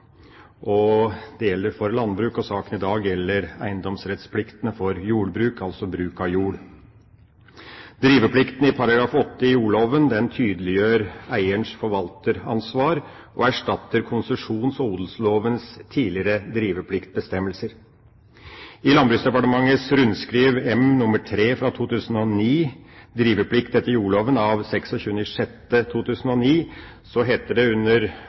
lovfestet. Det gjelder for landbruket, og saken i dag gjelder eiendomsretten og eiendomspliktene for jordbruk, altså bruk av jord. Driveplikten, i § 8 i jordloven, tydeliggjør eierens forvalteransvar og erstatter konsesjons- og odelslovens tidligere drivepliktbestemmelser. I Landbruksdepartementets rundskriv, M-3/2009, Driveplikten etter jordloven, av 26. juni 2009 heter det, under